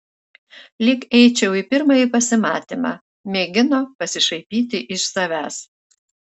lyg eičiau į pirmąjį pasimatymą mėgino pasišaipyti iš savęs